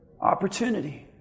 Opportunity